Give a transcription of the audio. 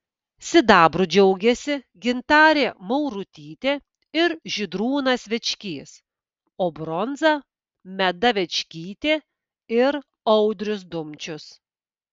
sidabru džiaugėsi gintarė maurutytė ir žydrūnas večkys o bronza meda večkytė ir audrius dumčius